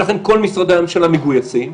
ולכן כל משרדי הממשלה מגויסים,